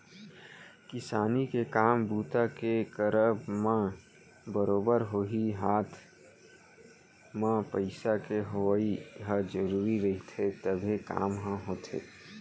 किसानी के काम बूता के करब म बरोबर होही हात म पइसा के होवइ ह जरुरी रहिथे तभे काम ह होथे